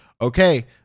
okay